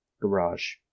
Garage